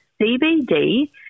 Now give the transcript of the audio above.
CBD